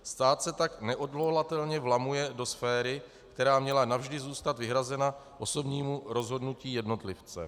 Stát se tak neodvolatelně vlamuje do sféry, která měla navždy zůstat vyhrazena osobnímu rozhodnutí jednotlivce.